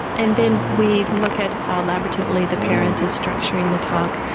and then we look at how elaboratively the parent is structuring the talk,